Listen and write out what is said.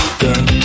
girl